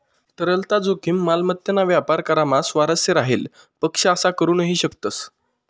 तरलता जोखीम, मालमत्तेना व्यापार करामा स्वारस्य राहेल पक्ष असा करू नही शकतस